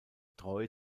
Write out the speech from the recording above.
treu